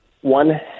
one